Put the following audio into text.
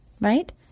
right